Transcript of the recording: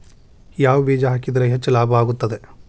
ಯಾವ ಬೇಜ ಹಾಕಿದ್ರ ಹೆಚ್ಚ ಲಾಭ ಆಗುತ್ತದೆ?